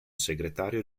segretario